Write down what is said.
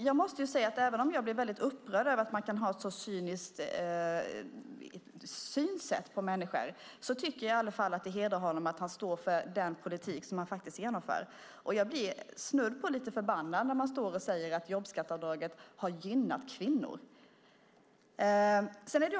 Jag måste säga att även om jag blir väldigt upprörd över att man kan ha ett så cyniskt synsätt på människor tycker jag i alla fall att det hedrar Anders Borg att han står för den politik som man faktiskt genomför. Jag blir snudd på lite förbannad när man står och säger att jobbskatteavdraget har gynnat kvinnor.